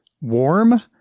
warm